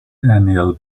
daniel